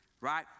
right